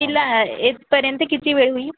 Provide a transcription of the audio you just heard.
किल्ला येतपर्यंत किती वेळ होईल